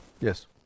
Yes